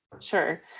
Sure